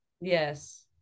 Yes